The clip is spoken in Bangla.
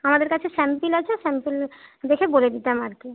আমাদের কাছে স্যাম্পেল আছে স্যাম্পেল দেখে বলে দিতাম আর কি